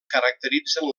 caracteritzen